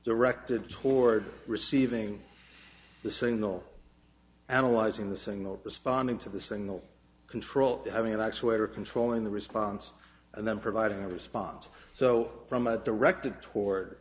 directed toward receiving the single analyzing the single responding to the single control having an actuator controlling the response and then providing a response so from a directed toward